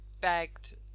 begged